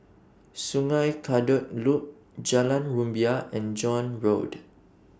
Sungei Kadut Loop Jalan Rumbia and John Road